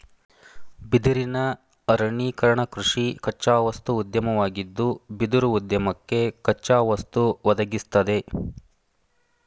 ಬಿದಿರಿನ ಅರಣ್ಯೀಕರಣಕೃಷಿ ಕಚ್ಚಾವಸ್ತು ಉದ್ಯಮವಾಗಿದ್ದು ಬಿದಿರುಉದ್ಯಮಕ್ಕೆ ಕಚ್ಚಾವಸ್ತು ಒದಗಿಸ್ತದೆ